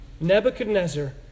Nebuchadnezzar